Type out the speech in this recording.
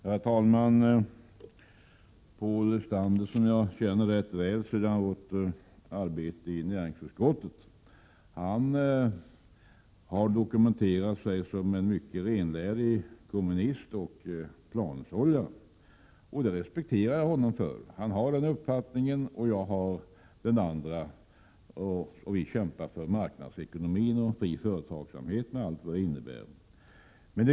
Herr talman! Paul Lestander, som jag känner rätt väl från vårt arbete i näringsutskottet, har dokumenterat sig som en mycket renlärig kommunist och förespråkare av planhushållning. Det respekterar jag honom för. Han har den uppfattningen. Jag har den motsatta uppfattningen och kämpar för marknadsekonomi och fri företagsamhet med allt vad det innebär.